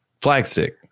Flagstick